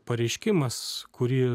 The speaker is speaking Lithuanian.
pareiškimas kurį